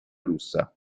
russa